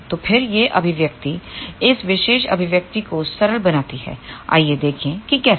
तो फिर यह अभिव्यक्ति इस विशेष अभिव्यक्ति को सरल बनाती है आइए देखें कि कैसे